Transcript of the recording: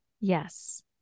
yes